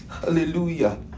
Hallelujah